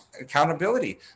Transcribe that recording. accountability